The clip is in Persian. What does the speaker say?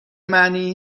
معنی